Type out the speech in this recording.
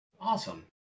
Awesome